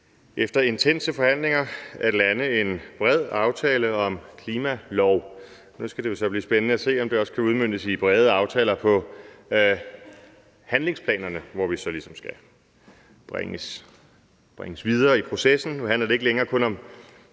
efter intense forhandlinger at lande en bred aftale om en klimalov. Nu skal det jo så blive spændende at se, om det også kan udmøntes i brede aftaler om handlingsplanerne, hvor vi så ligesom skal bringes videre i processen. Nu handler det ikke længere kun om